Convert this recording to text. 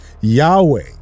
Yahweh